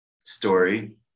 story